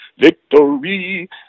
victory